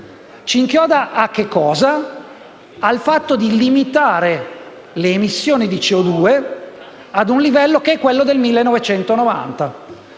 inchioda al fatto di limitare le emissioni di CO2 ad un livello che è